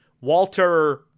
Walter